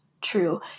true